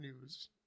news